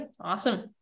Awesome